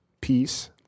peace